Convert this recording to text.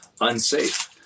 unsafe